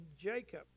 Jacob